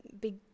big